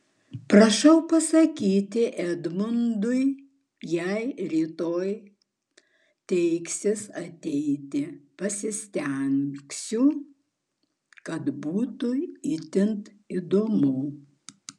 prašau pasakyti edmundui jei rytoj teiksis ateiti pasistengsiu kad būtų itin įdomu